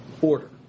order